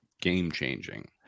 game-changing